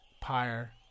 pyre